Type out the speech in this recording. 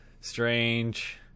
strange